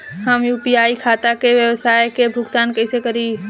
हम यू.पी.आई खाता से व्यावसाय के भुगतान कइसे करि?